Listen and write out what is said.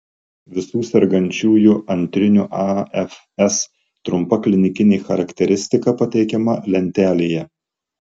visų sergančiųjų antriniu afs trumpa klinikinė charakteristika pateikiama lentelėje